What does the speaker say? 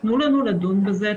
תנו לנו לדון בזה,